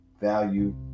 value